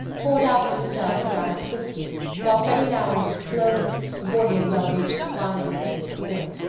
poured out for himself a glass of whisky while freddy malins exploded, before he had well reached the climax of his story,